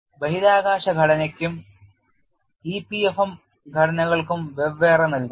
ബഹിരാകാശ ഘടനയ്ക്കും EPFM ഘടനകൾക്കും വെവ്വേറെ നൽകുന്നു